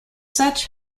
such